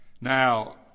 Now